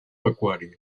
pecuària